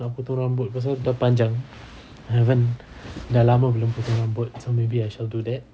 nak potong rambut pasal dah panjang haven't dah lama belum potong rambut so maybe I shall do that